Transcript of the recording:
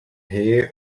hay